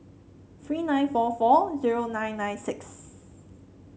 three nine four four zero nine nine six